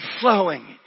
flowing